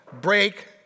break